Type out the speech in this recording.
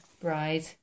bride